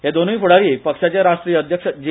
हे दोनूय फ्डारी पक्षाचे राष्ट्रीय अध्यक्ष जे